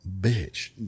bitch